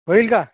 होईल का